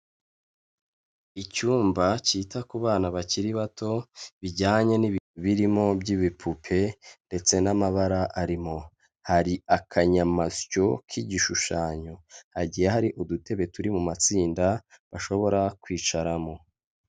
Icyumba cyita ku bana bakiri bato bijyanye n'ibintu birimo by'ibipupe ndetse n'amabara arimo, hari akanyamasyo k'igishushanyo, hagiye hari udutebe turi mu matsinda bashobora kwicaramo.